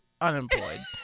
unemployed